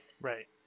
Right